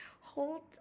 hold